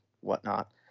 whatnot